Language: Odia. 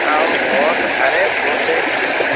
ଆଉ ଭୋଟ୍ ଆରେ ଭୋଟ୍ ଦେଇ